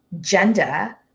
gender